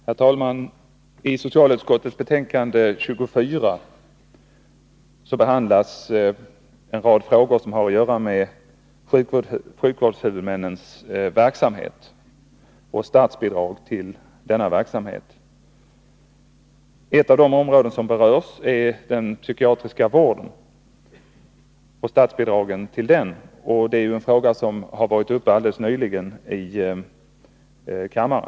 Herr talman! I socialutskottets betänkande 24 behandlas en rad frågor som har att göra med sjukvårdshuvudmännens verksamhet och statsbidragen till denna verksamhet. Ett av de områden som berörs är den psykiatriska vården och statsbidragen till den — en fråga som har varit uppe alldeles nyligen i kammaren.